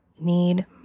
need